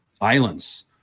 islands